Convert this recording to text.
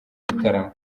bitaramo